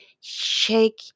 shake